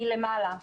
החל מלמעלה,